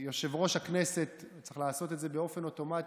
יושב-ראש הכנסת צריך לעשות את זה באופן אוטומטי,